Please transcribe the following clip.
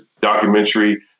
documentary